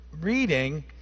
reading